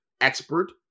expert